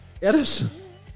Edison